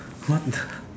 what the